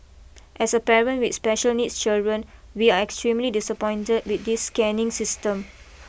as a parent with special needs children we are extremely disappointed with this scanning system